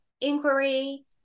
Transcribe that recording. inquiry